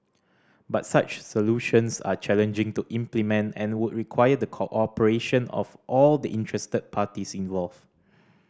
but such solutions are challenging to implement and would require the cooperation of all the interested parties involved